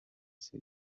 city